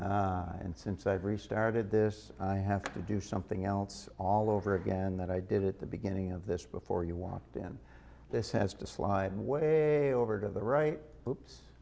here and since i've restarted this i have to do something else all over again that i did at the beginning of this before you want to in this has to slide way over to the right hoo